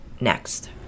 next